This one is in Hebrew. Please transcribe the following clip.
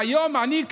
והיום אני,